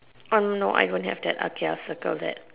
uh no no I don't have that okay I'll circle that